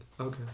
Okay